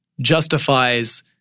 justifies –